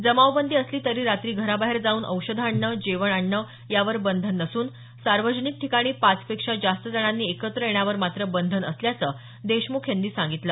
जमावबंदी असली तरी रात्री घराबाहेर जावून औषधं आणणं जेवण आणणं यावर बंधन नसून सार्वजनिक ठिकाणी पाचपेक्षा जास्त जणांनी एकत्र येण्यावर मात्र बंधन असल्याचं देशमुख यांनी सांगितलं